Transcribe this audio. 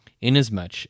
inasmuch